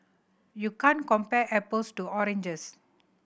you can't compare apples to oranges